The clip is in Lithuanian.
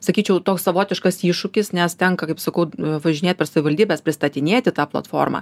sakyčiau toks savotiškas iššūkis nes tenka kaip sakau važinėt per savivaldybes pristatinėti tą platformą